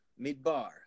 Midbar